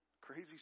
crazy